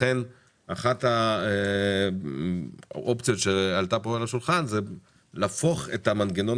לכן אחת האופציות שעלתה פה על השולחן היא להפוך את המנגנון